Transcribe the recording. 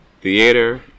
theater